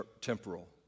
temporal